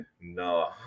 No